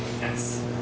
yes